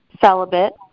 Celibate